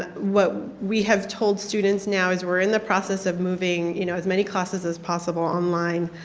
what we have told students now is we are in the process of moving you know as many classes as possible online.